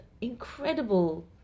incredible